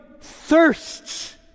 thirsts